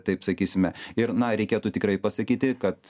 taip sakysime ir na reikėtų tikrai pasakyti kad